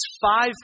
five